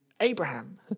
Abraham